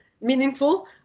meaningful